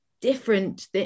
different